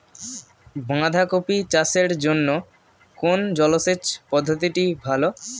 বাঁধাকপি চাষের জন্য কোন জলসেচ পদ্ধতিটি ভালো?